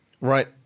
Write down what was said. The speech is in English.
Right